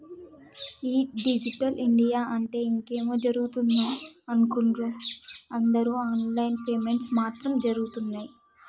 ఈ digital India అంటే ఇంకేమో జరుగుతదని అనుకున్నరు అందరు ఆన్ లైన్ పేమెంట్స్ మాత్రం జరగుతున్నయ్యి